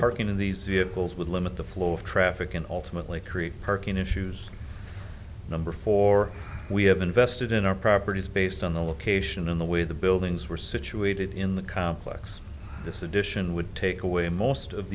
parking in these vehicles would limit the flow of traffic and ultimately create parking issues number for we have invested in our properties based on the location in the way the buildings were situated in the complex this addition would take away most of